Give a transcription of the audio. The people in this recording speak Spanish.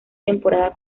temporada